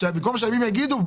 במקום שימים יגידו,